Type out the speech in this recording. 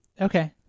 Okay